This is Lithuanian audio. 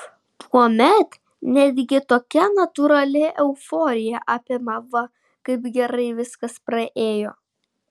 tuomet netgi tokia natūrali euforija apima va kaip gerai viskas praėjo